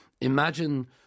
imagine